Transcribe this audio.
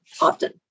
often